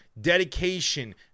dedication